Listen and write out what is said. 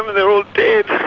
ah they're all dead.